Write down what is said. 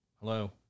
Hello